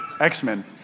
X-Men